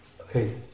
Okay